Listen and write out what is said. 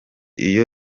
iyo